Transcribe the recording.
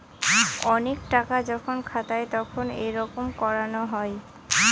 অনেক টাকা যখন খাতায় তখন এইরকম করানো হয়